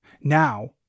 now